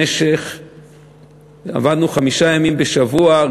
עבדנו חמישה ימים בשבוע,